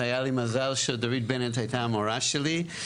והיה לי מזל שדורית בנט הייתה המורה שלי.